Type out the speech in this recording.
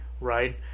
right